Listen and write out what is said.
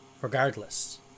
Regardless